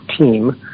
team